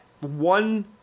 one